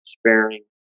sparing